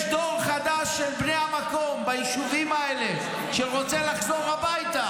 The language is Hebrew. יש דור חדש של בני המקום ביישובים האלה שרוצה לחזור הביתה.